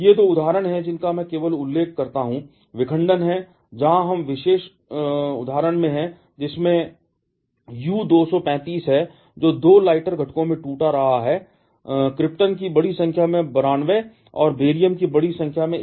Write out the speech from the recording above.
ये 2 उदाहरण हैं जिनका मैं केवल एक उल्लेख करता हूं विखंडन है जहां हम इस विशेष उदाहरण में हैं जिसमें हम U 235 हैं जो 2 लाइटर घटकों में टूट रहा है क्रिप्टन में बड़ी संख्या में 92 और बेरियम में एक बड़ी संख्या है